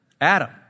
Adam